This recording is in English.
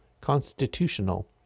constitutional